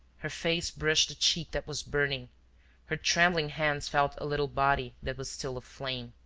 her face brushed a cheek that was burning her trembling hands felt a little body that was still aflame.